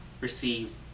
receive